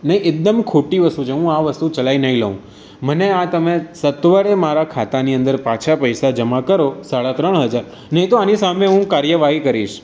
ને એકદમ ખોટી વસ્તુ છે હું આ વસ્તુ ચલાવી નહીં લઉં મને આ તમે સત્વરે મારા ખાતાની અંદર પાછા પૈસા જમા કરો સાડા ત્રણ હજાર નહીં તો આની સામે હું કાર્યવાહી કરીશ